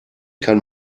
kann